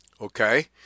okay